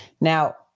Now